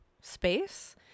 space